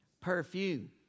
perfume